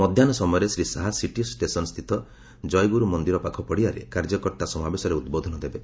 ମଧ୍ଧାହ୍ବ ସମୟରେ Shri Shah city station ସ୍ଥିତ ଜୟଗୁର ମନ୍ଦିର ପାଖ ପଡ଼ିଆରେ କାର୍ଯ୍ୟକର୍ତା ସମାବେଶରେ ଉଦବୋଧନ ଦେବେ